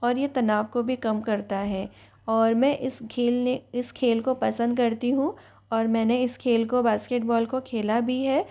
और ये तनाव को भी काम करता है और मैं इस खेल ने इस खेल को पसंद करती हूँ और मैंने इस खेल को बास्केटबॉल को खिला भी है